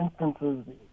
instances